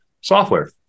software